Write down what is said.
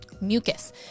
mucus